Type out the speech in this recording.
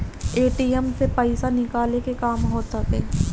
ATM से पईसा निकाले के काम होत हवे